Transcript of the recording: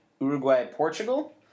Uruguay-Portugal